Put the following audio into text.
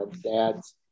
dad's